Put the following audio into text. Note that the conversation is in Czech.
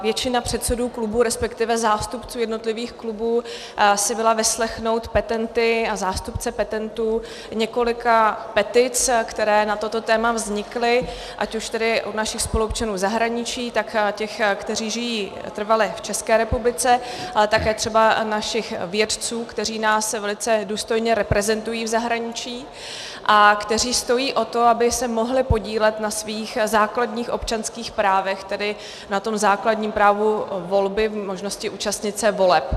Většina předsedů klubů, respektive zástupců jednotlivých klubů, si byla vyslechnout petenty a zástupce petentů několika petic, které na toto téma vznikly, ať už tedy od našich spoluobčanů v zahraničí, tak těch, kteří žijí trvale v České republice, ale také třeba našich vědců, kteří nás velice důstojně reprezentují v zahraničí a kteří stojí o to, aby se mohli podílet na svých základních občanských právech, tedy na tom základním právu volby, možnosti účastnit se voleb.